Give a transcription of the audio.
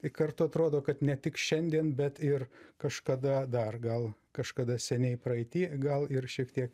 ir kartu atrodo kad ne tik šiandien bet ir kažkada dar gal kažkada seniai praeity gal ir šiek tiek